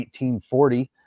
1840